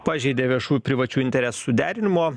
pažeidė viešų privačių interesų derinimo